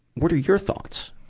what are your thoughts,